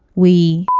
we